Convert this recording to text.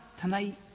tonight